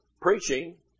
preaching